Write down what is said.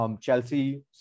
Chelsea